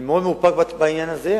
אני מאוד מאופק בעניין הזה.